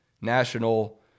national